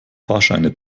fahrscheine